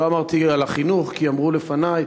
לא דיברתי על החינוך כי אמרו לפני,